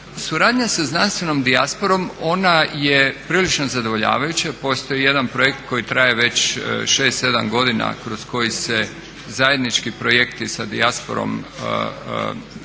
Suradnja sa znanstvenom dijasporom, ona je prilično zadovoljavajuća. Postoji jedan projekt koji traje već 6-7 godina, kroz koji se zajednički projekti sa dijasporom hrvatskog